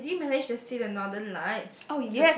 I see did you manage to see the northern night